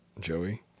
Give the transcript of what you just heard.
Joey